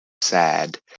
sad